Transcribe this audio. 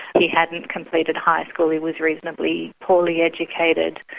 he hadn't completed high school, he was reasonably poorly educated,